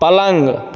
पलंग